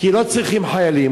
כי לא צריכים חיילים,